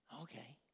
Okay